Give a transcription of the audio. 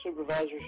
Supervisors